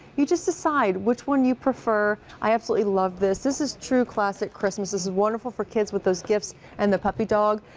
you just decide which one you prefer. i absolutely love this. this is true classic christmas. this is wonderful for kids with those gifts and the puppy dogs.